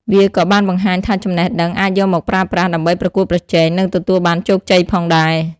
វាក៏បានបង្ហាញថាចំណេះដឹងអាចយកមកប្រើប្រាស់ដើម្បីប្រកួតប្រជែង និងទទួលបានជោគជ័យផងដែរ។